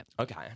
Okay